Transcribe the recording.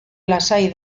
lasai